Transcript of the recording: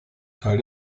teils